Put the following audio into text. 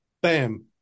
bam